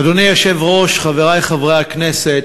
אדוני היושב-ראש, חברי חברי הכנסת: